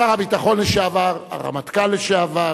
שר הביטחון לשעבר, הרמטכ"ל לשעבר,